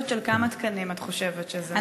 תוספת של כמה תקנים את חושבת שזה יהיה?